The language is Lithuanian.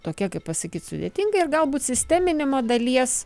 tokia kaip pasakyt sudėtinga ir galbūt sisteminimo dalies